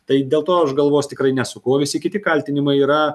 tai dėl to aš galvos tikrai nesuku o visi kiti kaltinimai yra